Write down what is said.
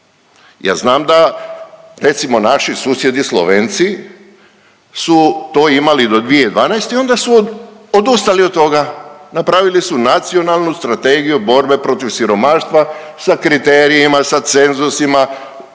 Ja znam da recimo naši susjedi Slovenci su to imali do 2012. i onda su odustali od toga, napravili su Nacionalnu strategiju borbe protiv siromaštva sa kriterijima, sa cenzusima